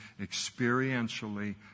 experientially